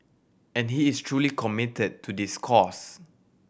and he is truly committed to this cause